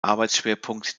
arbeitsschwerpunkt